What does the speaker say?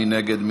מי נגד?